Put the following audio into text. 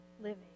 living